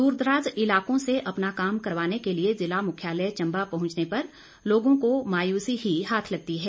दूर दराज इलाकों से अपना काम करवाने के लिए जिला मुख्यालय चम्बा पहुंचने पर लोगों को मायूसी ही हाथ लगती है